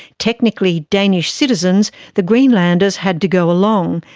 technically danish citizens, the greenlanders had to go along,